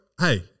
hey